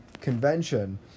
convention